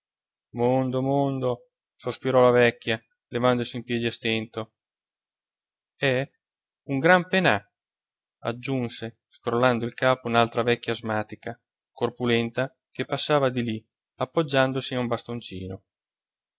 mondo mondo sospirò la vecchia levandosi in piedi a stento è n gran penà aggiunse scrollando il capo un'altra vecchia asmatica corpulenta che passava di lì appoggiandosi a un bastoncino